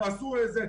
הולכים איתן.